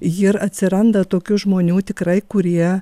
ir atsiranda tokių žmonių tikrai kurie